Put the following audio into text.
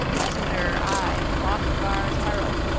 messenger, i, hrothgar's herald!